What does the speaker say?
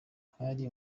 hari